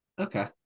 Okay